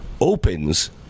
opens